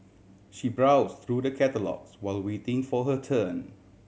she browse through the catalogues while waiting for her turn